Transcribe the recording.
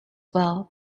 well